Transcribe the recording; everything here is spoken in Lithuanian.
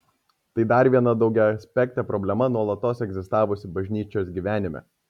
tai dar viena daugiaaspektė problema nuolatos egzistavusi bažnyčios gyvenime